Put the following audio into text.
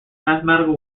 mathematical